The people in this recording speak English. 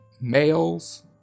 males